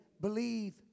believe